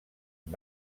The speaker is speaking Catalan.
amb